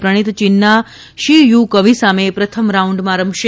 પ્રણીત ચીનના Shi Yuqi સામે પ્રથમ રાઉન્ડમાં રમશે